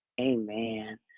Amen